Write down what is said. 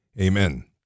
Amen